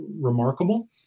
remarkable